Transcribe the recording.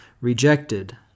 rejected